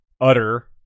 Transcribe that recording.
utter